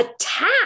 attack